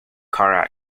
car